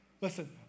Listen